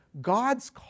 God's